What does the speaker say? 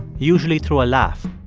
usually through a laugh.